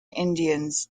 indians